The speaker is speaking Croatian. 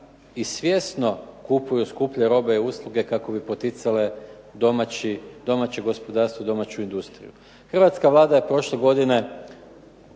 svjesno kupuju skuplje robe i usluge kako bi poticale domaće gospodarstvo, domaću industriju. Hrvatska vlada je prošle godine